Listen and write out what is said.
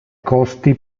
costi